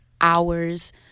hours